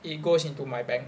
it goes into my bank